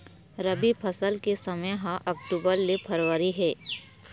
रबी फसल के समय ह अक्टूबर ले फरवरी हे